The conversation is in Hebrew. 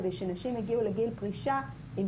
כדי שנשים יגיעו לגיל פרישה עם